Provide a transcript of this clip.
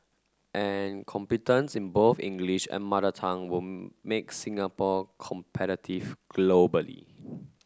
and competence in both English and Mother Tongue will make Singapore competitive globally